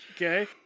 okay